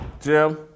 Jim